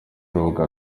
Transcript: rubuga